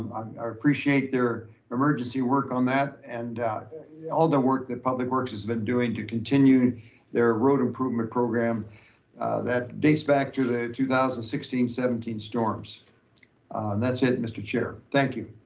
i appreciate their emergency work on that. and all the work that public works has been doing to continue their road improvement program that dates back to the two thousand and sixteen seventeen storms. and that's it, mr. chair, thank you.